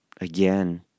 again